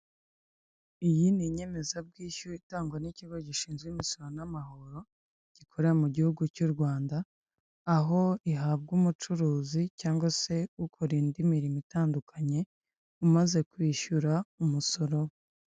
Iyi ni inyemezabwishyu itangwa n'ikigo gishinzwe n'amahoro, gikorera mu gihugu cy'Urwanda, aho ihabwa umucuruzi cyangwa se ukora indi mirimo itandukanye umaze kwishyura umusoro.